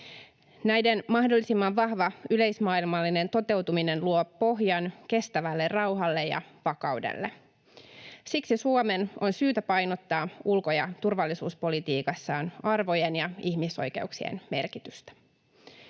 Näiden mahdollisimman vahva yleismaailmallinen toteutuminen luo pohjan kestävälle rauhalle ja vakaudelle. Siksi Suomen on syytä painottaa ulko- ja turvallisuuspolitiikassaan arvojen ja ihmisoikeuksien merkitystä.